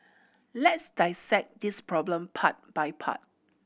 let's dissect this problem part by part